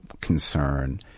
concern